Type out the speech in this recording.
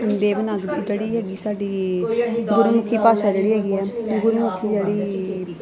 ਦੇਵਨਾਗਰੀ ਜਿਹੜੀ ਹੈਗੀ ਸਾਡੀ ਗੁਰਮੁਖੀ ਭਾਸ਼ਾ ਜਿਹੜੀ ਹੈਗੀ ਹੈ ਗੁਰਮੁਖੀ ਹੈ ਜਿਹੜੀ